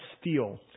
steel